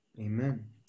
Amen